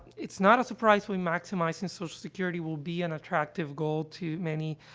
it's not a surprise when maximizing social security will be an attractive goal to many,